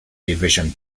division